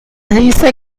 dice